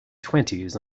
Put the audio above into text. twenties